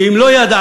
ואם לא ידעתם,